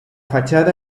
fachada